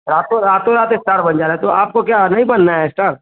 आपको रातों रात स्टार बन जाना है तो आपको क्या अभी नहीं बनना है स्टार